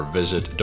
visit